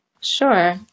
Sure